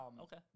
Okay